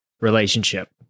relationship